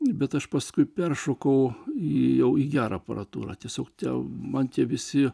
bet aš paskui peršoko į jau į gerą aparatūrą tiesiog ten man tie visi